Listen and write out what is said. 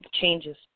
Changes